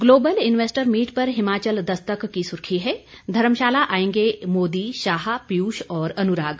global investor meet पर हिमाचल दस्तक की सुर्खी है धर्मशाला आएंगे मोदी शाह पीयुष और अनुराग